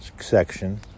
section